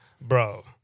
bro